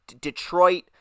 Detroit –